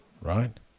right